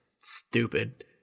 stupid